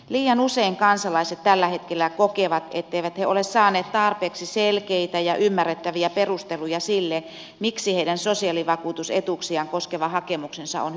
liian usein kansalaiset tällä hetkellä kokevat etteivät he ole saaneet tarpeeksi selkeitä ja ymmärrettäviä perusteluja sille miksi heidän sosiaalivakuutusetuuksiaan koskeva hakemuksensa on hylätty